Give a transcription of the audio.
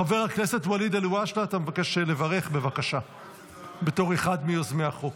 חבר הכנסת ואליד אלהואשלה, בתור אחד מיוזמי החוק